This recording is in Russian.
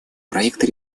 проекты